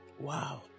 Wow